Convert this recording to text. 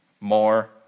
more